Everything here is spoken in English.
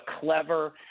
clever